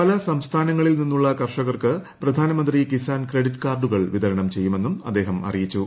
പല സംസ്ഥാനങ്ങളിൽ നിന്നുള്ള കർഷകർക്ക് പ്രധാനമന്ത്രി കിസാൻ ക്രെഡിറ്റ് കാർഡുകൾ വിതരണം ചെയ്യുമെന്നും അദ്ദേഹം അറിയിച്ചു